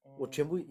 orh